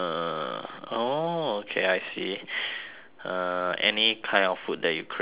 oh okay I see uh any kind of food that you crave for